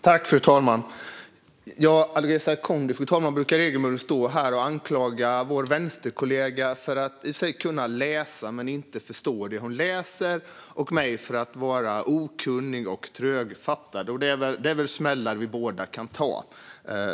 Fru talman! Alireza Akhondi brukar regelbundet stå här och anklaga vår vänsterkollega för att i och för sig kunna läsa men inte förstå det hon läser samt anklaga mig för att vara okunnig och trögfattad. Det är väl smällar vi båda kan ta.